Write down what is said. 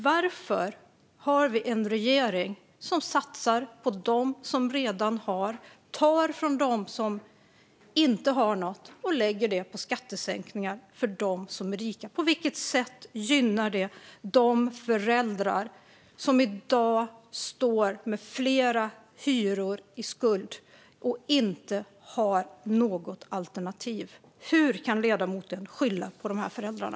Varför har vi en regering som satsar på dem som redan har, tar från dem som inte har något och lägger det på skattesänkningar för dem som är rika? På vilket sätt gynnar det de föräldrar som i dag står med flera hyror i skuld och inte har något alternativ? Hur kan ledamoten skylla på de föräldrarna?